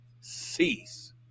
cease